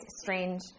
strange